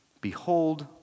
Behold